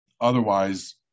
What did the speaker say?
otherwise